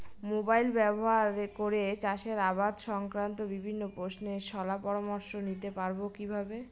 Mobile ব্যাবহার করে চাষের আবাদ সংক্রান্ত বিভিন্ন প্রশ্নের শলা পরামর্শ নিতে পারবো কিভাবে?